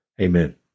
Amen